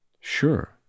sure